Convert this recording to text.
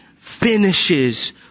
finishes